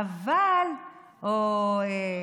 מרק לחשו.